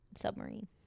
submarine